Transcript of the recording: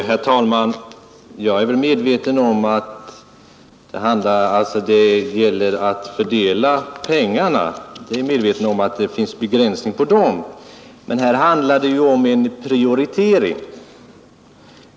Herr talman! Jag är väl medveten om att det gäller att fördela pengarna och att det finns en gräns. Men här rör det sig om en prioritering.